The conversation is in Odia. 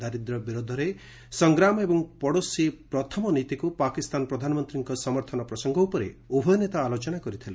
ଦାରିଦ୍ର୍ୟ ବିରୋଧରେ ସଂଗ୍ରାମ ଏବଂ ପଡ଼ୋଶୀ ପ୍ରଥମ ନୀତିକୁ ପାକିସ୍ତାନ ପ୍ରଧାନମନ୍ତ୍ରୀଙ୍କ ସମର୍ଥନ ପ୍ରସଙ୍ଗ ଉପରେ ଉଭୟ ନେତା ଆଲୋଚନା କରିଥିଲେ